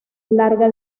larga